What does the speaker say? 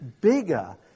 bigger